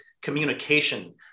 communication